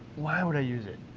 why would i use it?